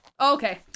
Okay